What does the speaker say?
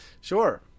Sure